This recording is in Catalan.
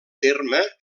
terme